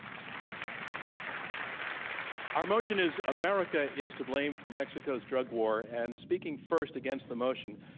our motion is america is to blame for mexico's drug war, and speaking first against the motion,